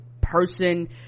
person